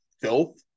filth